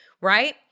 right